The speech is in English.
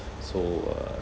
so uh